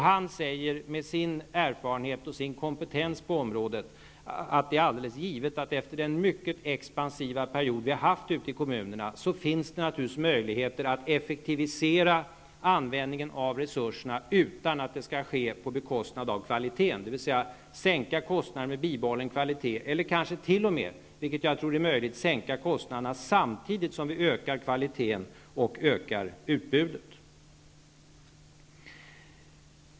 Han säger, med sin erfarenhet och sin kompetens på området, att det är alldeles givet att det efter den mycket expansiva period vi har haft ute i kommunerna naturligvis finns möjligheter att effektivisera användningen av resurserna utan att det behöver ske på bekostnad av kvaliteten, dvs. att vi kan sänka kostnaderna men bibehålla kvaliteten eller kanske t.o.m. -- vilket jag tror är möjligt -- sänka kostnaderna samtidigt som vi höjer kvaliteten och ökar utbudet.